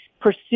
pursue